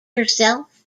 herself